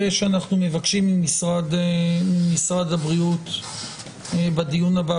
אנחנו מבקשים ממשרד הבריאות בדיון הבא